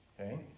okay